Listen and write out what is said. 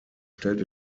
stellt